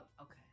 okay